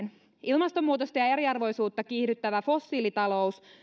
ilmastonmuutosta ja ja eriarvoisuutta kiihdyttävä fossiilitalous